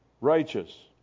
righteous